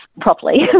properly